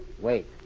Wait